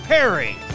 Perry